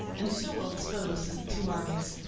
and so well disposed as the two armies.